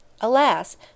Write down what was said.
alas